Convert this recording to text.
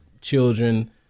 children